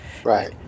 Right